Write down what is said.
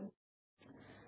xvxv0 ഇത് 0